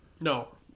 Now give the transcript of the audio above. No